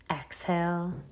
exhale